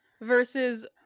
versus